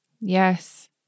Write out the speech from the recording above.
Yes